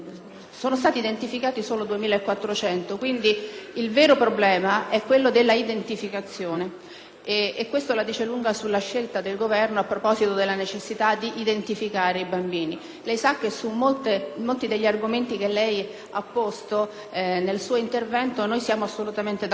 il vero problema è quello dell'identificazione; questo la dice lunga sulla scelta del Governo a proposito della necessità di identificare i bambini. Lei sa che su molti argomenti da lei posti nel suo intervento noi siamo assolutamente d'accordo. Lei sa che, proprio in considerazione